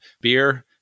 beer